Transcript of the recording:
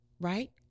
right